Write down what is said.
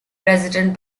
presented